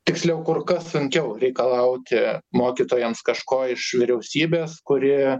tiksliau kur kas sunkiau reikalauti mokytojams kažko iš vyriausybės kuri